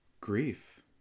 grief